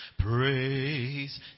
Praise